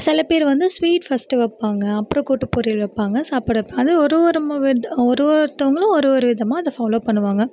சில பேர் வந்து ஸ்வீட் ஃபர்ஸ்ட்டு வைப்பாங்க அப்புறம் கூட்டு பொரியல் வைப்பாங்க சாப்பிட்றப்ப அது ஒரு ஒரு ஒரு ஒருத்தவங்களும் ஒரு ஒரு விதமாக அதை ஃபாலோ பண்ணுவாங்கள்